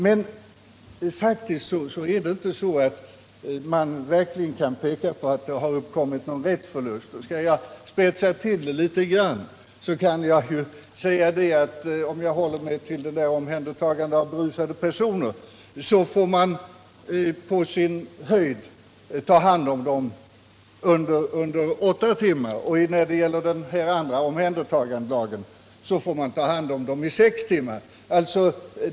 Men det är faktiskt inte så att man kan peka på att det har uppkommit någon rättsförlust. Skall jag spetsa till det litet grand så får man — om jag håller mig till omhändertagande av berusade personer — på sin höjd ta hand om dem under åtta timmar. När det gäller den andra omhändertagandelagen får man ta hand om dem i sex timmar.